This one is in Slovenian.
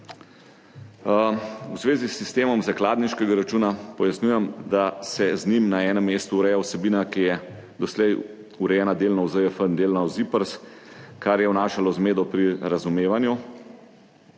V zvezi s sistemom zakladniškega računa pojasnjujem, da se z njim na enem mestu ureja vsebina, ki je doslej urejena delno v ZJF in delno v ZIPRS, kar je vnašalo zmedo pri razumevanju.